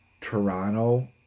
Toronto